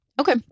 Okay